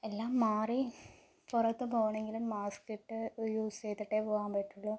എല്ലാം മാറി പുറത്തു പോണെങ്കിലും മാസ്ക് ഇട്ട് യുസ് ചെയ്തിട്ടേ പോകാൻ പറ്റുകയുള്ളൂ